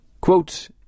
Quote